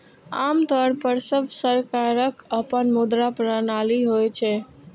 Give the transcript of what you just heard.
आम तौर पर सब सरकारक अपन मुद्रा प्रणाली होइ छै